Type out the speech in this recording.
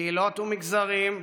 קהילות ומגזרים,